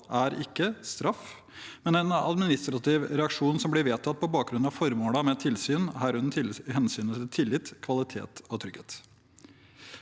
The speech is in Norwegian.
er ikke straff, men en administrativ reaksjon som blir vedtatt på bakgrunn av formålene med tilsyn, herunder hensynet til tillit, kvalitet og trygghet.